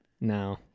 No